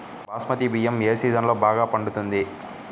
బాస్మతి బియ్యం ఏ సీజన్లో బాగా పండుతుంది?